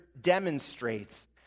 demonstrates